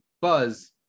buzz